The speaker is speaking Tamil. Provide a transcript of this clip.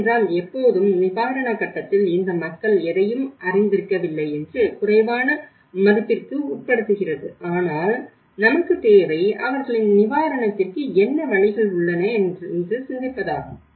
ஏனென்றால் எப்போதும் நிவாரண கட்டத்தில் இந்த மக்கள் எதையும் அறிந்திருக்கவில்லை என்று குறைவான மதிப்பிற்கு உட்படுத்துகிறது ஆனால் நமக்கு தேவை அவர்களின் நிவாரணத்திற்கு என்ன வழிகள் உள்ளன என்று சிந்திப்பதாகும்